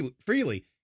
freely